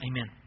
Amen